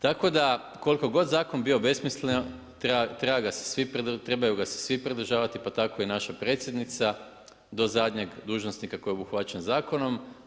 Tako da koliko god zakon bio besmislen trebaju ga se svi pridržavati pa tako i naša predsjednica do zadnjeg dužnosnika koji je obuhvaćen zakonom.